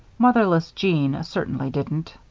motherless jeanne certainly didn't.